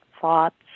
thoughts